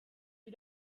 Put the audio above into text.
you